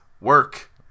work